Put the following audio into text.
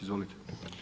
Izvolite.